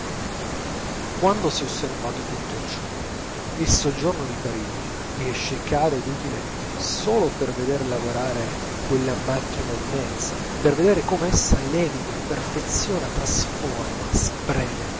quando s'è osservato tutto ciò il soggiorno di parigi riesce caro ed utile solo per veder lavorare quella macchina immensa per vedere come essa leviga perfeziona trasforma spreme